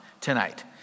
tonight